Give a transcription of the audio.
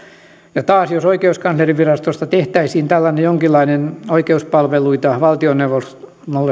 ja taas jos oikeuskanslerinvirastosta tehtäisiin tällainen jonkinlainen oikeuspalveluita valtioneuvostolle